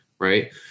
Right